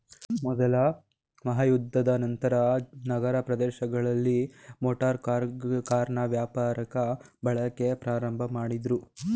ಮೊದ್ಲ ಮಹಾಯುದ್ಧದ ನಂತ್ರ ನಗರ ಪ್ರದೇಶಗಳಲ್ಲಿ ಮೋಟಾರು ಕಾರಿನ ವ್ಯಾಪಕ ಬಳಕೆ ಪ್ರಾರಂಭಮಾಡುದ್ರು